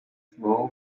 snow